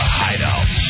hideout